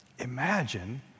Imagine